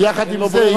אבל יחד עם זה,